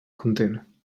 content